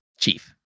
chief